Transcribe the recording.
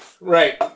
Right